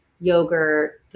yogurt